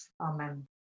Amen